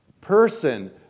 person